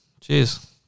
Cheers